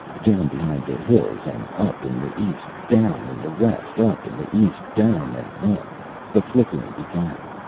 down behind the hills and up in the east. down in the west, up in the east. down and up the flickering began.